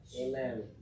Amen